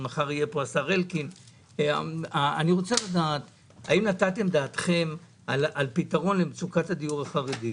אני רוצה לדעת האם נתתם דעתכם על פתרון מצוקת הדיור לציבור החרדי.